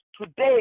today